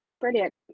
brilliant